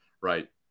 right